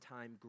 time